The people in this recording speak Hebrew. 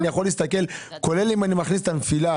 אבל אני לא יודע כי אם אני מכניס את הנפילה